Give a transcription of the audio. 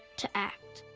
to act.